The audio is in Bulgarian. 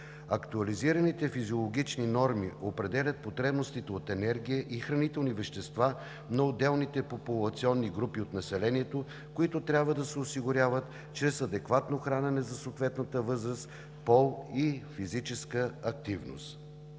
Актуализираните физиологични норми определят потребностите от енергия и хранителни вещества на отделните популационни групи от населението, които трябва да се осигуряват чрез адекватно хранене за съответната възраст, пол и физическа активност.